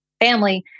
family